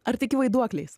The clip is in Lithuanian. ar tiki vaiduokliais